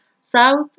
south